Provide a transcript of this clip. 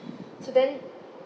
so then